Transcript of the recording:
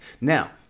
Now